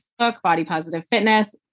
bodypositivefitness